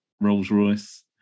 Rolls-Royce